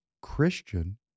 Christian